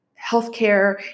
healthcare